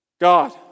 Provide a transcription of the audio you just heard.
God